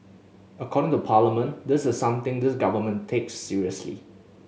accounting to Parliament this is something this Government takes seriously